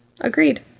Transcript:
Agreed